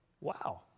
Wow